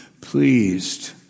pleased